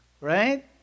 Right